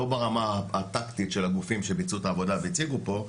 לא ברמה הטקטית של הגופים שביצעו את העבודה והציגו פה,